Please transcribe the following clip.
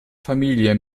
familie